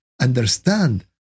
understand